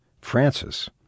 Francis